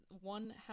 one